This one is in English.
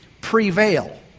prevail